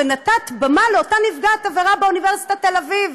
ונתת במה לנפגעת עבירה באוניברסיטת תל אביב.